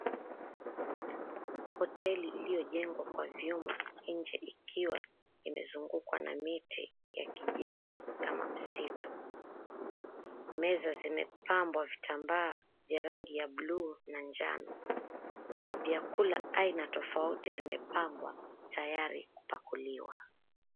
Hoteli iliyojengwa kwa vyuma nje ikiwa imezungukwa na miti ya kijani kama msitu. Meza zimepambwa vitambaa ya rangi ya buluu na njano. Vyakula aina tofauti vimepangwa tayari kupakuliwa.